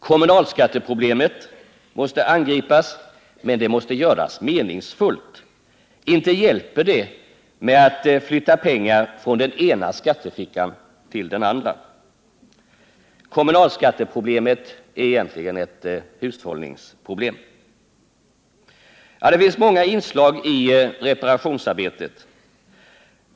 Kommunalskatteproblemet måste angripas, men det måste göras meningsfullt. Inte hjälper det med att flytta pengar från den ena skattefickan till den andra. Kommunalskatteproblemet är egentligen ett hushållningsproblem. Ja, det finns många inslag i reparationsarbetet.